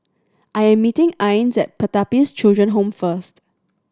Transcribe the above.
I am meeting Ines at Pertapis Children Home first